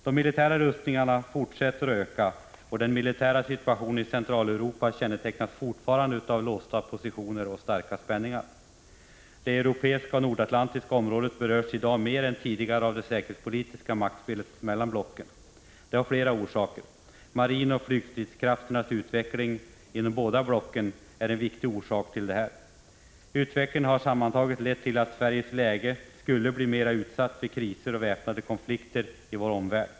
De militära rustningarna fortsätter att öka, och den militära situationen i Centraleuropa kännetecknas fortfarande av låsta positioner och starka Prot. 1985/86:126 spänningar. Det europeiska och nordatlantiska området berörs i dag mer än 24 april 1986 tidigare av det säkerhetspolitiska maktspelet mellan blocken. Detta har flera orsaker. Marinoch flygstridskrafternas utveckling inom båda blocken är en viktig orsak. Utvecklingen har sammantaget lett till att Sveriges läge blir mera utsatt vid kriser och väpnade konflikter i vår omvärld.